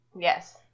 Yes